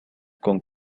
con